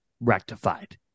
rectified